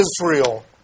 Israel